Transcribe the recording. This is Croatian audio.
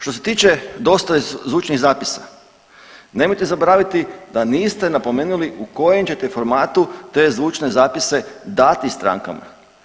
Što se tiče dostave zvučnih zapisa, nemojte zaboraviti da niste napomenuli u kojem ćete formatu te zvučne zapise dati strankama.